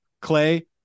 Clay